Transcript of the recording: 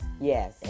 yes